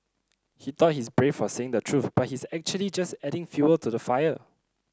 he thought his brave for saying the truth but he's actually just adding fuel to the fire